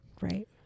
Right